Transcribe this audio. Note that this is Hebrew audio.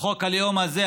חוק הלאום הזה,